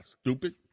stupid